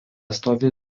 stovi